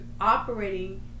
operating